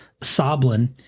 Soblin